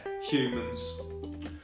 Humans